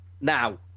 now